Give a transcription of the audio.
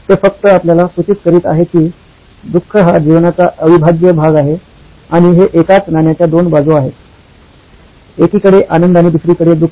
ते फक्त आपल्याला सूचित करीत आहे की दुःख हा जीवनाचा अविभाज्य भाग आहे आणि हे एकाच नाण्याच्या दोन बाजू आहेत एकीकडे आनंद आणि दुसरीकडे दुःख